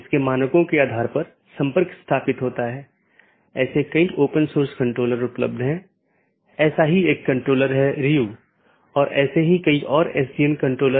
और जब यह विज्ञापन के लिए होता है तो यह अपडेट संदेश प्रारूप या अपडेट संदेश प्रोटोकॉल BGP में उपयोग किया जाता है हम उस पर आएँगे कि अपडेट क्या है